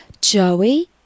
Joey